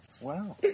Wow